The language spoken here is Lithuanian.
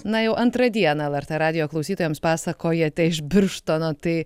na jau antrą dieną lrt radijo klausytojams pasakojate iš birštono tai